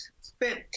spent